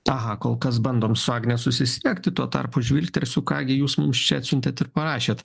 aha kol kas bandom su agne susisiekti tuo tarpu žvilgtersiu ką gi jūs mums čia atsiuntėt ir parašėt